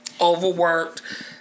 overworked